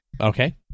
okay